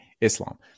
islam